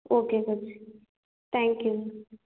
okay coach thank you